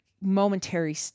momentary